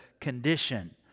condition